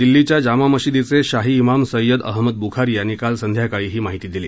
दिल्लीच्या जामा मशिदीचे शाही इमाम सय्यद अहमद ब्खारी यांनी काल सायंकाळी ही माहिती दिली